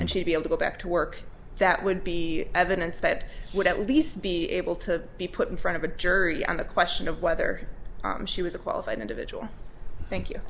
and she'd be able to go back to work that would be evidence that would at least be able to be put in front of a jury on the question of whether she was a qualified individual thank you